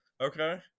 Okay